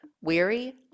weary